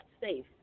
safe